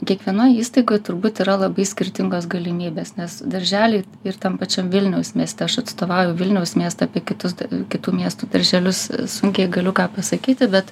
kiekvienoj įstaigoj turbūt yra labai skirtingos galimybės nes darželiai ir tam pačiam vilniaus mieste aš atstovauju vilniaus miestą apie kitus kitų miestų darželius sunkiai galiu ką pasakyti bet